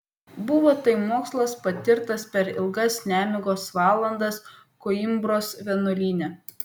buvo tai mokslas patirtas per ilgas nemigos valandas koimbros vienuolyne